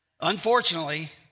unfortunately